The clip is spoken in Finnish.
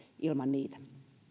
ilman niitä